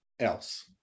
else